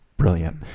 Brilliant